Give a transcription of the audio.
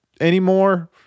anymore